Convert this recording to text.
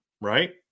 right